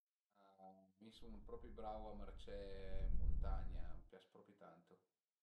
Mi sun propi brau a marcé ën muntagna, a m'pias propi tantu